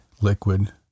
liquid